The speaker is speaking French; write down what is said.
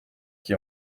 qui